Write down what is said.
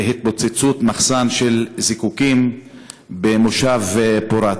בהתפוצצות מחסן של זיקוקים במושב פורת.